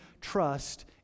trust